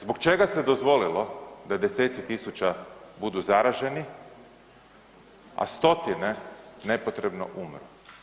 Zbog čega se dozvolilo da deseci tisuća budu zaraženi, a stotine nepotrebno umru?